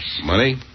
Money